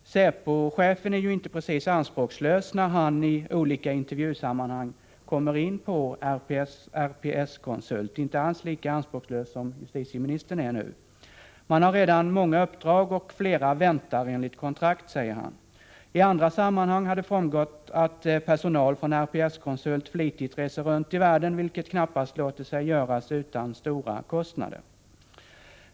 Säpochefen är inte precis anspråklös när han i olika intervjusammanhang kommer in på RPS-konsult, inte alls lika anspråklös som justitieministern nu är. Man har redan många uppdrag, och flera väntar enligt kontrakt, säger han. I andra sammanhang har det framgått att personal från RPS-konsult flitigt reser runt i världen, vilket knappast låter sig göras utan stora kostnader.